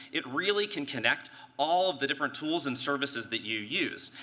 it really can connect all of the different tools and services that you use,